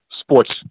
sports